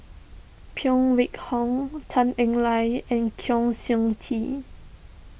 Phan Wait Hong Tan Eng Liang and Kwa Siew Tee